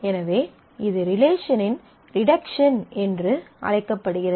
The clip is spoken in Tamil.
எனவே இது ஸ்கீமாவின் ரிடக்ஷன் என்று அழைக்கப்படுகிறது